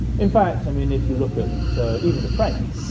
in fact, i mean, if you look at so even the french,